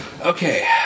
Okay